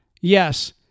yes